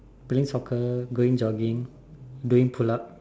playing soccer going jogging doing pull up